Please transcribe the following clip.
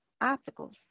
obstacles